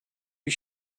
you